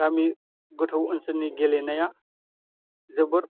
गामि गोथौ ओनसोलनि गेलेनाया जोबोर